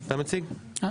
בבקשה.